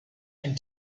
and